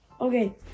Okay